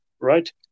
Right